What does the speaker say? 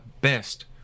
best